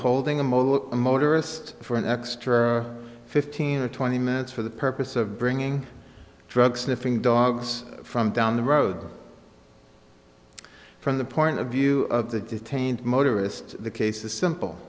holding a mobile a motorist for an extra fifteen or twenty minutes for the purpose of bringing drug sniffing dogs from down the road from the point of view of the detained motorist the case is simple